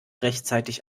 rechtzeitig